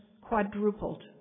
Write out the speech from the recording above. quadrupled